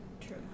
True